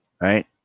right